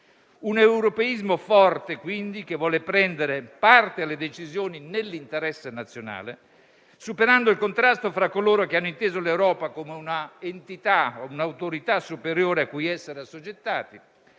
Un europeismo forte, quindi, che vuole prendere parte alle decisioni nell'interesse nazionale, superando il contrasto fra coloro che hanno inteso l'Europa come un'entità o un'autorità superiore a cui essere assoggettati